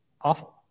awful